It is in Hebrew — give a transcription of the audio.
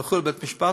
הלכו לבית-משפט,